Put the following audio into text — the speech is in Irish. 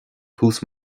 tús